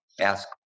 ask